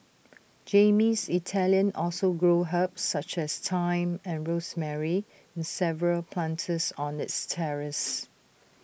Jamie's Italian also grows herbs such as thyme and rosemary in Seven planters on its terrace